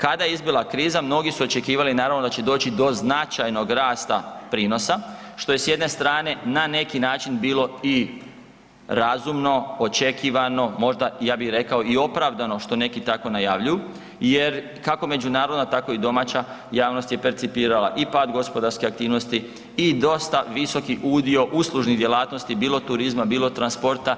Kada je izbila kriza mnogi su očekivali naravno da će doći do značajnog rasta prinosa što s jedne strane na neki način bilo i razumno, očekivano možda ja bih rekao i opravdano što neki tako najavljuju jer kako međunarodna tako i domaća javnost je percipirala i pad gospodarske aktivnosti i dosta visoki udio uslužnih djelatnosti, bilo turizma, bilo transporata,